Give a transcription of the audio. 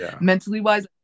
Mentally-wise